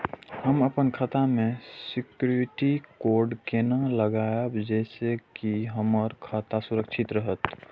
हम अपन खाता में सिक्युरिटी कोड केना लगाव जैसे के हमर खाता सुरक्षित रहैत?